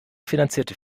finanzierte